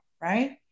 right